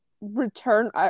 return